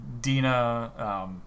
Dina